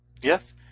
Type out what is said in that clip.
Yes